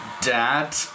Dad